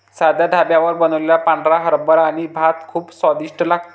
साध्या ढाब्यावर बनवलेला पांढरा हरभरा आणि भात खूप स्वादिष्ट लागतो